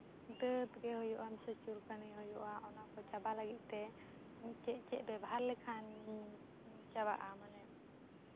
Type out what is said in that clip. ᱫᱟᱹᱫ ᱜᱮ ᱦᱩᱭᱩᱜᱼᱟ ᱥᱮ ᱪᱩᱞᱠᱟᱱᱤ ᱦᱩᱭᱩᱜᱼᱟ ᱚᱱᱟ ᱠᱚ ᱪᱟᱵᱟ ᱞᱟᱹᱜᱤᱫ ᱛᱮ ᱪᱮᱫ ᱪᱮᱫ ᱵᱮᱵᱦᱟᱨ ᱞᱮᱠᱷᱟᱱ ᱪᱟᱵᱟᱜᱼᱟ ᱢᱟᱱᱮ